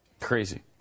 Crazy